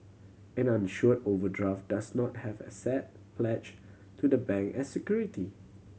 an unsure overdraft does not have asset pledge to the bank as security